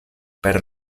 per